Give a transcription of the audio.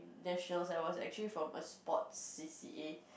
nationals I was actually from a sports C_C_A